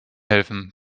helfen